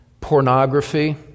pornography